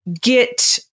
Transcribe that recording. get